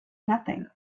nothing